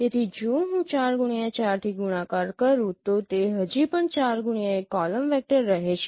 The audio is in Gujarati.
તેથી જો હું 4x4 થી ગુણાકાર કરું તો તે હજી પણ 4x1 કોલમ વેક્ટર રહે છે